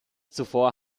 zuvor